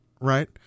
right